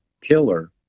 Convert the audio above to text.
killer